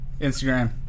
Instagram